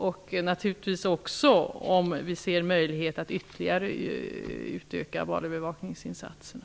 Det gäller naturligtvis också om vi ser möjlighet att ytterligare utöka bevakningsinsatserna.